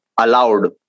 allowed